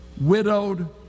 widowed